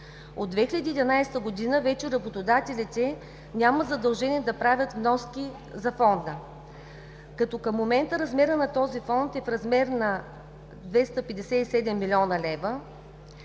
От 2011 г. вече работодателите нямат задължения да правят вноски за Фонда, като към момента размерът на този Фонд е в размер на 257 млн. лв.